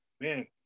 man